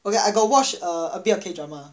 okay I got watch a a bit of K drama